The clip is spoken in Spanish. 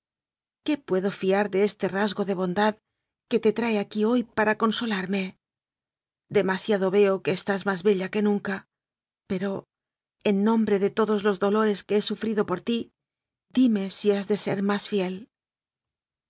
qué puedo fiar de este rasgo de bondad que te trae aquí hoy para consolarme demasiado veo que estás más bella que nunca pero en nombre de todos los dolores que he sufrido por ti dime si has de ser más fiel